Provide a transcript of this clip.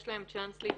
יש להם צ'אנס להתחרט.